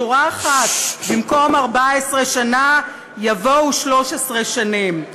שורה אחת: במקום "14 שנה" יבואו "13 שנים".